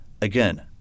Again